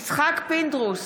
יצחק פינדרוס,